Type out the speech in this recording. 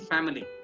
Family